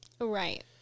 Right